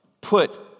put